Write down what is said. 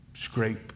Scrape